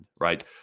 right